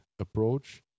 approach